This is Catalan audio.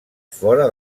fora